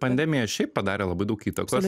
pandemija šiaip padarė labai daug įtakos